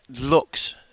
looks